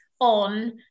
on